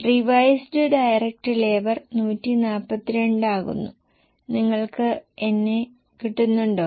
revised direct labour 142 ആകുന്നു നിങ്ങൾക്ക് എന്നെ കിട്ടുന്നുണ്ടോ